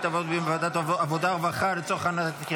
לוועדת העבודה והרווחה נתקבלה.